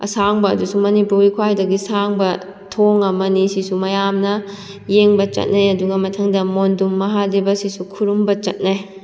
ꯑꯁꯥꯡꯕ ꯑꯗꯨꯁꯨ ꯃꯅꯤꯄꯨꯔꯒꯤ ꯈ꯭ꯋꯥꯏꯗꯒꯤ ꯁꯥꯡꯕ ꯊꯣꯡ ꯑꯃꯅꯤ ꯑꯁꯤꯁꯨ ꯃꯌꯥꯝꯅ ꯌꯦꯡꯕ ꯆꯠꯅꯩ ꯑꯗꯨꯒ ꯃꯊꯪꯗ ꯃꯣꯟꯗꯨꯝ ꯃꯍꯥꯗꯦꯕ ꯁꯤꯁꯨ ꯈꯨꯔꯨꯝꯕ ꯆꯠꯅꯩ